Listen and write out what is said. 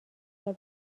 اگر